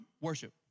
worship